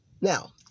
Now